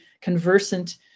conversant